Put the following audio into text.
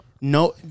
No